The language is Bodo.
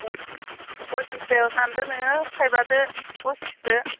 फसिसथायाव सानदो नोङो थाइबाजों फसिसखौ